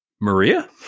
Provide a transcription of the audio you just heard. Maria